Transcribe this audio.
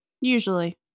Usually